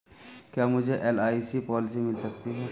क्या मुझे LIC policy मिल सकती है?